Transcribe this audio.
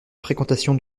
fréquentation